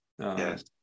yes